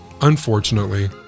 Unfortunately